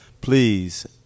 Please